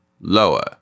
lower